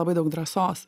labai daug drąsos